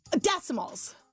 Decimals